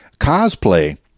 cosplay